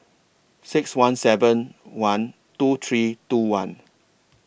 six one seven one two three two one